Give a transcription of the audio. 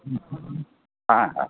ᱦᱮᱸ ᱦᱮᱸ